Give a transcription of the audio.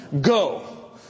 Go